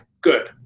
good